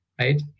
Right